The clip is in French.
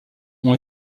ont